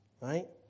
Right